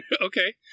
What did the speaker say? Okay